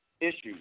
issues